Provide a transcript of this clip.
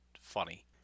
funny